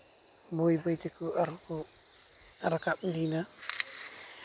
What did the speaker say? ᱵᱟᱹᱭ ᱵᱟᱹᱭ ᱛᱮᱠᱚ ᱟᱨᱠᱚ ᱨᱟᱠᱟᱵᱽ ᱤᱫᱤᱭᱮᱱᱟ